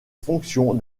fonctions